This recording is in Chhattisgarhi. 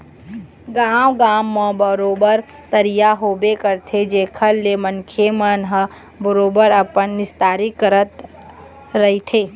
गाँव गाँव म बरोबर तरिया होबे करथे जेखर ले मनखे मन ह बरोबर अपन निस्तारी करत रहिथे